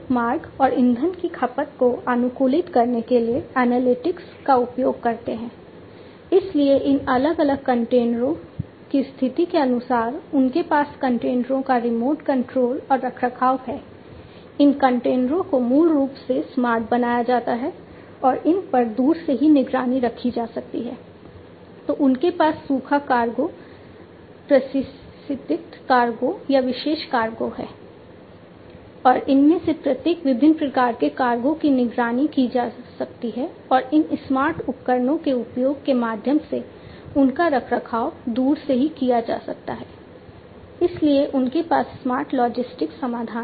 मयर्क्स समाधान हैं